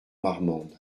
marmande